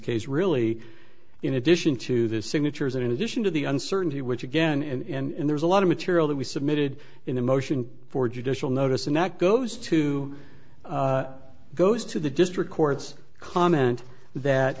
case really in addition to the signatures and in addition to the uncertainty which again and there's a lot of material that we submitted in a motion for judicial notice and that goes to goes to the district courts comment that